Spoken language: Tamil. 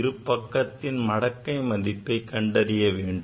இரு பக்கத்தின் மடக்கை மதிப்பை கண்டறிய வேண்டும்